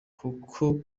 kuko